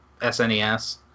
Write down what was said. SNES